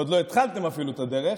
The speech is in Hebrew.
ועוד לא התחלתם אפילו את הדרך.